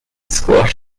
squash